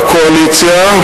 בקואליציה,